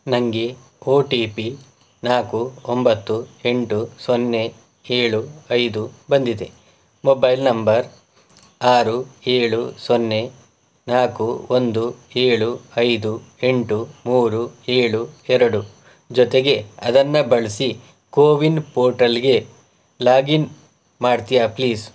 ನನ್ಗೆ O T P ನಾಲ್ಕು ಒಂಬತ್ತು ಎಂಟು ಸೊನ್ನೆ ಏಳು ಐದು ಬಂದಿದೆ ಮೊಬೈಲ್ ನಂಬರ್ ಆರು ಏಳು ಸೊನ್ನೆ ನಾಲ್ಕು ಒಂದು ಏಳು ಐದು ಎಂಟು ಮೂರು ಏಳು ಎರಡು ಜೊತೆಗೆ ಅದನ್ನು ಬಳಸಿ ಕೋವಿನ್ ಪೋರ್ಟಲಿಗೆ ಲಾಗಿನ್ ಮಾಡ್ತಿಯಾ ಪ್ಲೀಸ್